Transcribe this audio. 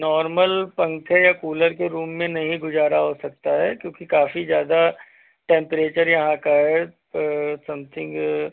normal पंखे या cooler के रूम में नहीं गुजारा हो सकता है क्योंकि काफी ज्यादा टेंपरेचर यहां का है समथिंग